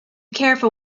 careful